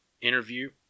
interview